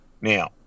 Now